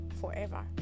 forever